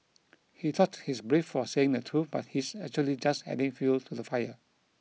he thought he's brave for saying the truth but he's actually just adding fuel to the fire